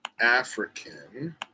African